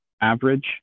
average